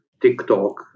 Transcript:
TikTok